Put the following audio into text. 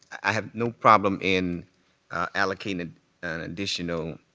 i have no problem in allocating an additional